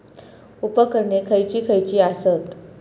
उपकरणे खैयची खैयची आसत?